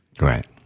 Right